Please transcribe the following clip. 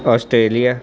Australia